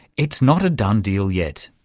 it's not a done deal yet.